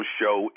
show